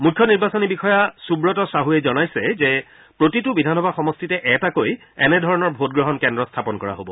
মুখ্য নিৰ্বাচনী বিষয়া সুৱত চাহুৱে জনাইছে যে প্ৰতিটো বিধানসভা সমষ্টিতে এটাকৈ এনেধৰণৰ ভোটগ্ৰহণ কেন্দ্ৰ স্থাপন কৰা হ'ব